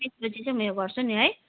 त्यसपछि चाहिँ म उयो गर्छु नि है